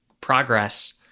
progress